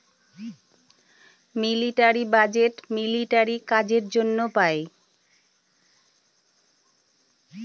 military budget military কাজের জন্য পাই